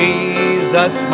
Jesus